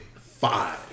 five